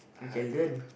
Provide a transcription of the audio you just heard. you can learn